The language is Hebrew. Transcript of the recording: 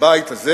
בבית הזה